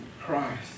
Christ